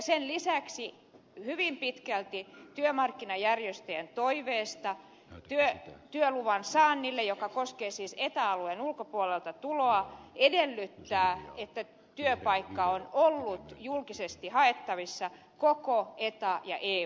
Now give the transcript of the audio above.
sen lisäksi hyvin pitkälti työmarkkinajärjestöjen toiveesta työluvan saanti joka siis koskee eta alueen ulkopuolelta tuloa edellyttää että työpaikka on ollut julkisesti haettavissa koko eta ja eu alueella